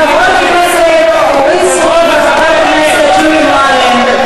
חברת הכנסת אורית סטרוק וחברת הכנסת שולי מועלם,